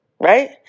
right